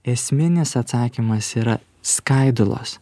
esminis atsakymas yra skaidulos